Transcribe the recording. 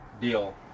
deal